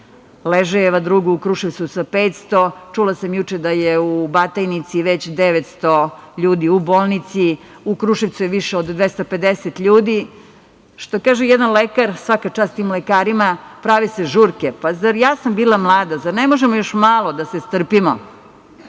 ležajeva, drugu u Kruševcu sa 500.Čula sam juče da je u Batajnici već 900 ljudi u bolnici, u Kruševcu je više 250 ljudi. Što kaže jedan lekar, svaka čast tim lekarima, prave se žurke. Bila sam i ja mlada, zar ne možemo još malo da se strpimo,